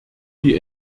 die